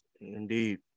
Indeed